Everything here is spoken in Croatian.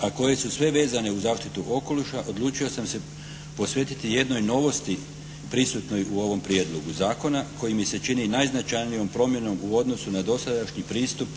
a koje su sve vezane u zaštitu okoliša odlučio sam se posvetiti jednoj novosti prisutnoj u ovom prijedlogu zakona koji mi se čini najznačajnijom promjenom u odnosu na dosadašnji pristup